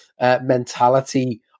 mentality